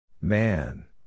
Man